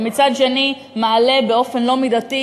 ומצד שני מעלה באופן לא מידתי,